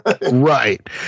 Right